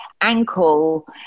ankle